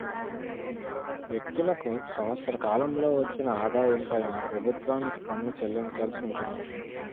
వ్యక్తులకు సంవత్సర కాలంలో వచ్చిన ఆదాయం పైన ప్రభుత్వానికి పన్ను చెల్లించాల్సి ఉంటుంది